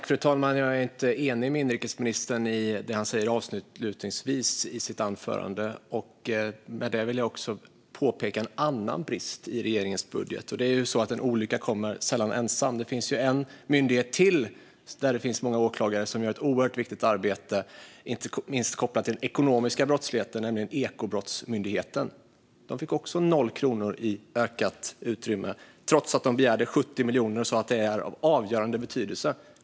Fru talman! Jag är inte enig med inrikesministern i det som han avslutningsvis säger i sitt anförande. Med det vill jag också påpeka en annan brist i regeringens budget. Det är ju så att en olycka sällan kommer ensam. Det finns en myndighet till där det finns många åklagare som gör ett oerhört viktigt arbete, inte minst kopplat till den ekonomiska brottsligheten, nämligen Ekobrottsmyndigheten. De fick också noll kronor i ökat utrymme, trots att de begärde 70 miljoner kronor och sa att det är av avgörande betydelse.